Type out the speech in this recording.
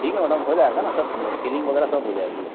ठीक है मैडम हो जाएगा ना सब वह सीलिंग वग़ैरह सब हो जाएगी